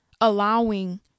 allowing